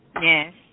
Yes